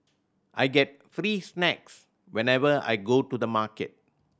I get free snacks whenever I go to the market